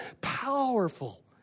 powerful